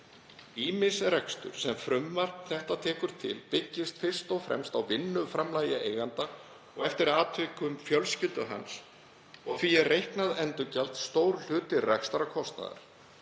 „Ýmis rekstur sem frumvarp þetta tekur til byggist fyrst og fremst á vinnuframlagi eiganda, og eftir atvikum fjölskyldu hans, og því er reiknað endurgjald stór hluti rekstrarkostnaðar.